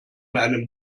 einem